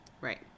Right